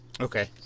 Okay